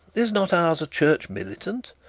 is not ours a church militant?